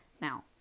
Now